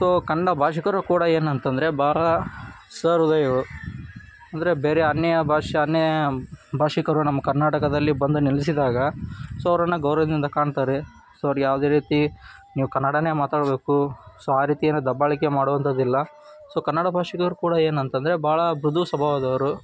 so Kannada ಭಾಷಿಗರು ಕೂಡ ಏನಂತಂದರೆ ಭಾಳ ಸಹೃದಯಿಗಳು ಅಂದರೆ ಬೇರೆ ಅನ್ಯ ಭಾಷೆ ಅನ್ಯ ಭಾಷಿಗರು ನಮ್ಮ ಕರ್ನಾಟಕದಲ್ಲಿ ಬಂದು ನೆಲೆಸಿದಾಗ ಸೊ ಅವ್ರನ್ನು ಗೌರವದಿಂದ ಕಾಣ್ತಾರೆ ಸೊ ಅವ್ರು ಯಾವುದೇ ರೀತಿ ನೀವು ಕನ್ನಡನೇ ಮಾತಾಡಬೇಕು ಸೊ ಆ ರೀತಿ ಏನೂ ದಬ್ಬಾಳಿಕೆ ಮಾಡುವಂಥದ್ದಿಲ್ಲ ಸೊ ಕನ್ನಡ ಭಾಷಿಗರು ಕೂಡ ಏನಂತಂದರೆ ಭಾಳ ಮೃದು ಸ್ವಭಾವದವರು